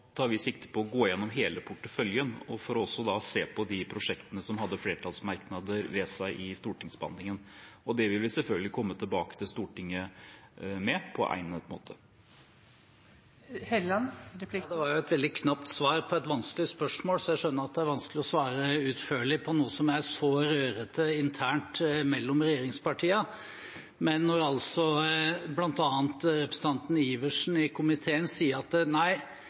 også å se på de prosjektene som hadde flertallsmerknader ved seg i stortingsbehandlingen. Det vil vi selvfølgelig komme tilbake til Stortinget med på egnet måte. Det var et veldig knapt svar på et vanskelig spørsmål. Jeg skjønner at det er vanskelig å svare utførlig på noe som er så rørete internt mellom regjeringspartiene. Blant annet sier representanten Iversen i komiteen at